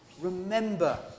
remember